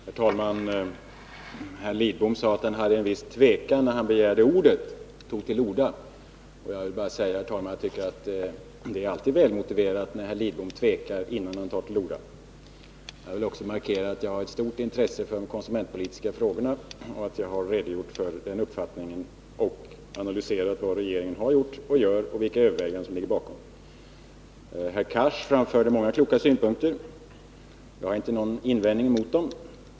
Herr talman! Herr Lidbom sade att det var med viss tvekan han tog till orda. Jag vill bara säga att jag tycker att det alltid är välmotiverat när herr Lidbom tvekar att ta till orda. Jag vill också markera att jag har ett stort intresse för de konsumentpolitiska frågorna. Jag har redogjort för den uppfattningen och analyserat vad regeringen har gjort och gör och vilka överväganden som ligger bakom det. Herr Cars framförde många kloka synpunkter. Jag har inte någon invändning mot dem.